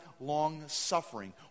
long-suffering